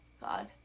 God